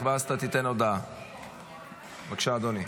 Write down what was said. בבקשה, אדוני.